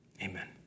amen